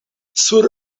sur